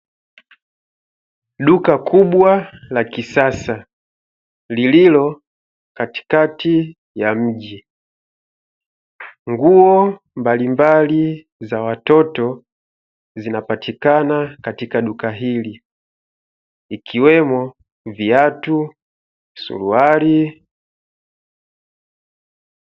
Duka kubwa la kisasa lililo katikati ya mji, nguo mbalimbali za watoto zinapatikana katika duka hili, ikiwemo viatu, suruali.